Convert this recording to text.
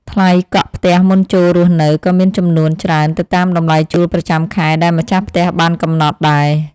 ថ្លៃកក់ផ្ទះមុនចូលរស់នៅក៏មានចំនួនច្រើនទៅតាមតម្លៃជួលប្រចាំខែដែលម្ចាស់ផ្ទះបានកំណត់ដែរ។